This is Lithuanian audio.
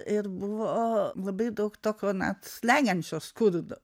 ir buvo labai daug tokio net slegiančio skurdo